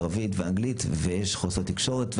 ערבית ואנגלית ויש חוסר תקשורת.